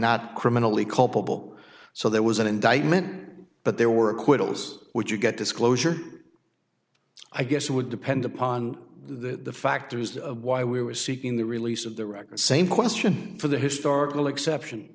not criminally culpable so there was an indictment but there were acquittals would you get disclosure i guess it would depend upon the factors of why we were seeking the release of the records same question for the historical exception